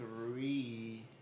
three